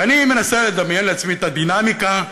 ואני מנסה לדמיין לעצמי את הדינמיקה,